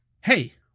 Hey